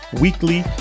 weekly